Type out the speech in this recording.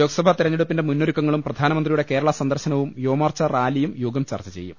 ലോക്സഭാ തെരഞ്ഞെടുപ്പിന്റെ മുന്നൊരുക്കങ്ങളും പ്രധാനമന്ത്രി യുടെ കേരളാ സന്ദർശനവും യുവമോർച്ച റാലിയും യോഗം ചർച്ച ചെയ്യും